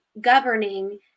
governing